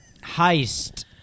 heist